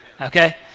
Okay